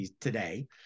today